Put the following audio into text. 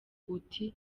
uti